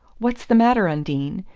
what's the matter. undine?